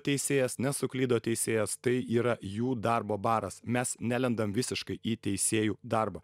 teisėjas nesuklydo teisėjas tai yra jų darbo baras mes nelendam visiškai į teisėjų darbą